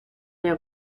les